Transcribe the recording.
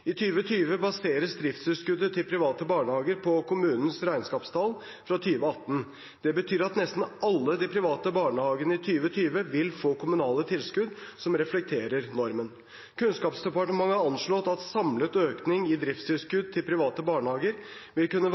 baseres driftstilskuddet til private barnehager på kommunenes regnskapstall fra 2018. Det betyr at nesten alle de private barnehagene i 2020 vil få kommunale tilskudd som reflekterer normen. Kunnskapsdepartementet har anslått at samlet økning i driftstilskudd til private barnehager vil kunne